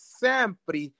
sempre